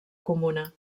comuna